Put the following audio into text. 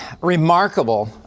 remarkable